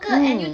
mm